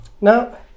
Now